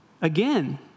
Again